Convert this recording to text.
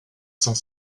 saint